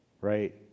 right